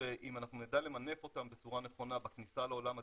שאם נדע למנף אותם בצורה נכונה בכניסה לעולם הדיגיטלי,